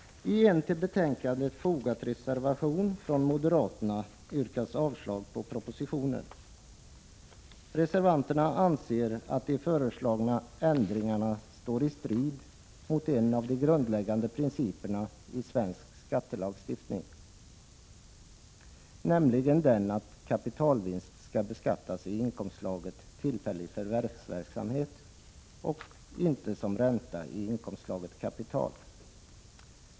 I en till betänkandet fogad reservation från moderaterna yrkas avslag på propositionen. Reservanterna anser att de föreslagna ändringarna står i strid med en av de grundläggande principerna i svensk skattelagstiftning, nämligen den att kapitalvinst skall beskattas i inkomstslaget tillfällig förvärvsverksamhet och inte som ränta i inkomstslaget kapital.